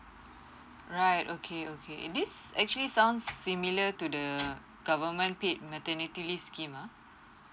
right okay okay this actually sounds similar to the government paid maternity leave scheme uh